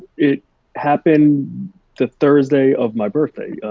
it happened the thursday of my birthday,